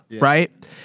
right